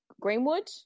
Greenwood